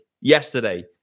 yesterday